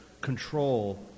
control